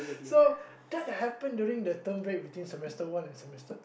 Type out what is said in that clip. so that happened during the term break between semester one and semester